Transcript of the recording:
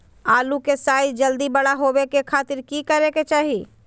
आलू के साइज जल्दी बड़ा होबे के खातिर की करे के चाही?